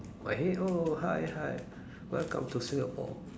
my head oh hi hi welcome to Singapore